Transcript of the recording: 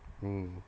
mm